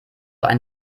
ein